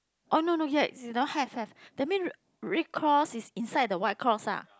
oh no no ya it's that one have have that mean red red cloth is inside the white cloth ah